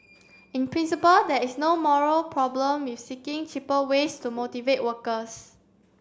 in principle there is no moral problem with seeking cheaper ways to motivate workers